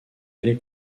allée